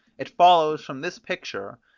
it follows from this picture,